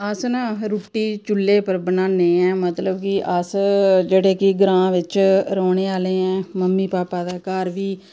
अस न रुट्टी चूह्ल्ले उप्पर बनान्ने आं मतलब कि अस जेह्डे़ कि ग्रां बिच रौह्ने आह्ले ममी पापा दे घर बी